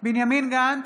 בנימין גנץ,